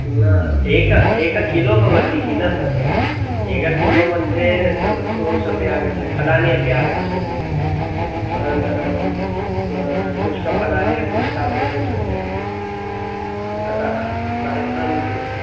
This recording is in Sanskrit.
न एकम् एककिलो भवति खिल तत् एककिलो मध्ये तद् फ्रूट्स् अपि आगच्छति फलानि अपि आगच्छन्ति अनन्तरं शुष्कफलानि अपि स्थापयितुं शक्यते अतः सहस्रमिति